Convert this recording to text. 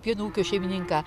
pieno ūkio šeimininką